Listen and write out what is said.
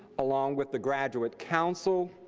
along with the graduate council,